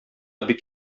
бик